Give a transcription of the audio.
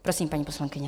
Prosím, paní poslankyně.